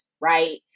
right